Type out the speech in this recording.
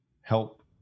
help